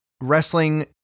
wrestling